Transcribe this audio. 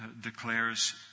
declares